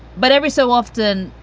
but every so often